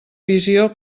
visió